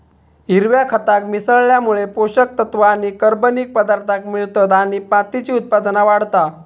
हिरव्या खताक मिसळल्यामुळे पोषक तत्त्व आणि कर्बनिक पदार्थांक मिळतत आणि मातीची उत्पादनता वाढता